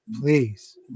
please